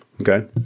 okay